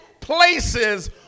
places